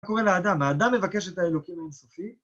מה קורה לאדם? האדם מבקש את האלוקים האנסופיים?